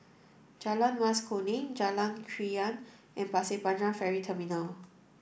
Jalan Mas Kuning Jalan Krian and Pasir Panjang Ferry Terminal